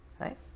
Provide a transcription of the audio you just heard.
right